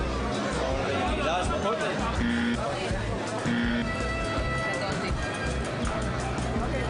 אני מבינה שאת ראש מדור מוסדות חינוך במשטרה,